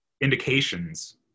indications